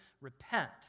repent